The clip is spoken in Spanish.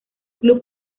club